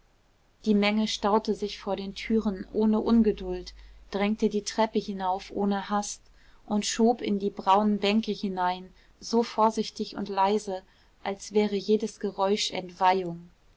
die menge staute sich vor den türen ohne ungeduld drängte die treppen hinauf ohne hast und schob in die braunen bänke hinein so vorsichtig und so leise als wäre jedes geräusch entweihung